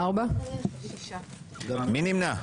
מי נמנע?